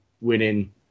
winning